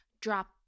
drop